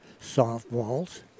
softballs